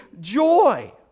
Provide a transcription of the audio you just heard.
joy